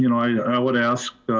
you know i would ask